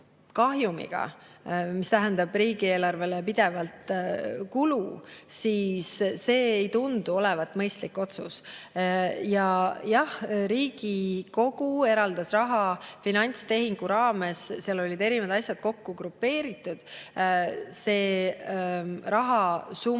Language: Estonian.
mis tähendab riigieelarvele pidevat kulu, ei tundu olevat mõistlik otsus. Jah, Riigikogu eraldas raha finantstehingu jaoks, seal olid erinevad asjad kokku grupeeritud. See rahasumma